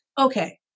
okay